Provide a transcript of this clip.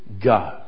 go